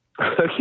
Okay